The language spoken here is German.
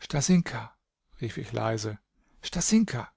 stasinka rief ich leise stasinka